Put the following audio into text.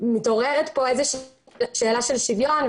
מתעוררת פה שאלת שוויון,